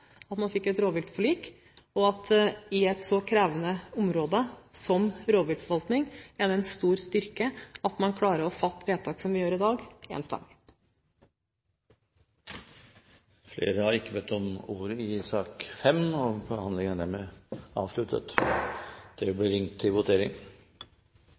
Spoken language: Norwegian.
at man fikk et rovviltforlik, og at det på et så krevende område som rovviltforvaltning er en stor styrke at man klarer å fatte vedtak, som vi gjør i dag, enstemmig. Flere har ikke bedt om ordet til sak nr. 5. Vi er nå klare til å gå til votering. Det